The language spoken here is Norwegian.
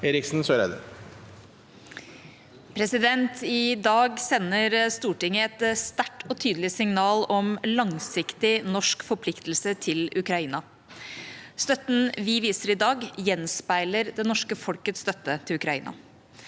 for saken): I dag sender Stortinget et sterkt og tydelig signal om langsiktig norsk forpliktelse til Ukraina. Støtten vi viser i dag, gjenspeiler det norske folkets støtte til Ukraina.